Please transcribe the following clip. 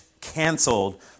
canceled